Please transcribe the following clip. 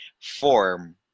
form